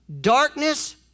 Darkness